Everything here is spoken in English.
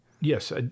Yes